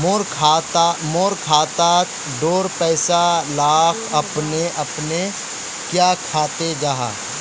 मोर खाता डार पैसा ला अपने अपने क्याँ कते जहा?